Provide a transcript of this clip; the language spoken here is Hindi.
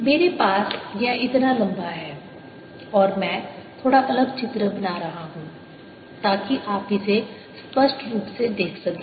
मेरे पास यह इतना लंबा है और मैं थोड़ा अलग चित्र बना रहा हूं ताकि आप इसे स्पष्ट रूप से देख सकें